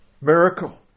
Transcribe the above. miracle